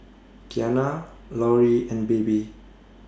Qiana Laurie and Baby